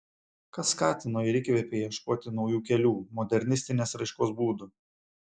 kas skatino ir įkvėpė ieškoti naujų kelių modernistinės raiškos būdų